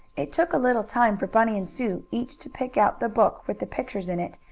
it took a little time for bunny and sue each to pick out the book, with the pictures in it,